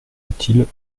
utiles